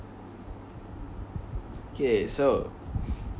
okay so